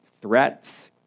threats